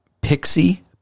Pixie